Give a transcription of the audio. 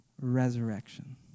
resurrection